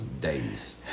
Days